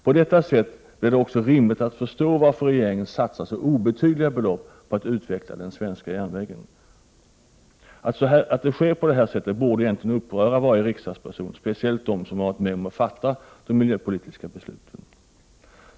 Då förstår man också varför regeringen satsar så obetydliga belopp på att utveckla den svenska järnvägen. Att så sker borde uppröra alla riksdagsledamöter, speciellt de som har varit med om att fatta de miljöpolitiska besluten.